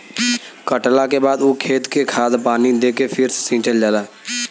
कटला के बाद ऊ खेत के खाद पानी दे के फ़िर से सिंचल जाला